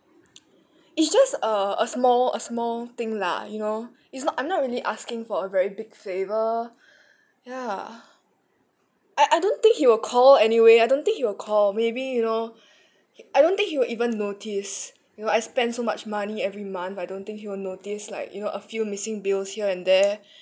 it's just a a small a small thing lah you know it's not I'm not really asking for a very big favor ya I I don't think he will call anyway I don't think he will call maybe you know I don't think he will even notice you know I spend so much money every month I don't think he will notice like you know a few missing bills here and there